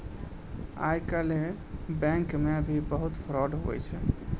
आइ काल्हि बैंको मे भी बहुत फरौड हुवै छै